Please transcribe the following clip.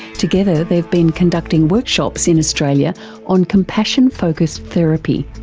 together they've been conducting workshops in australia on compassion focussed therapy.